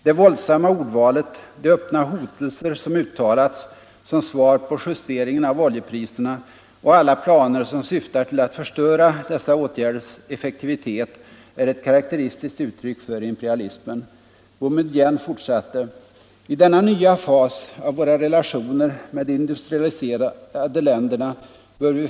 Det våldsamma ordvalet, de öppna hotelser som uttalats som svar på justeringen av oljepriserna, och alla planer som syftar till att förstöra dessa åtgärders effektivitet är ett karaktäristiskt uttryck för imperialismen.” Boumedienne fortsatte: ”I denna nya fas av våra relationer med de industrialiserade länderna bör vi.